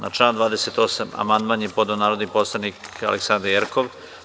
Na član 28. amandman je podneo narodni poslanik Aleksandra Jerkov.